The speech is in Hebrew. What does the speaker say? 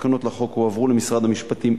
התקנות לחוק הועברו למשרד המשפטים,